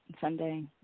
Sunday